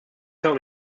tell